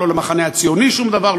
למחנה הציוני שום דבר,